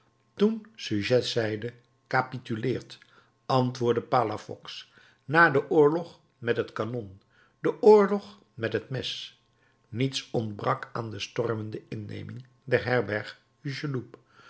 toen suchet zeide capituleert antwoordde palafox na den oorlog met het kanon den oorlog met het mes niets ontbrak aan de stormende inneming der herberg